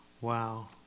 Wow